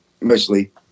mostly